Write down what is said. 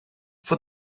for